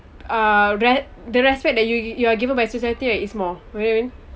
uh re~ the respect that you you're given by society that is more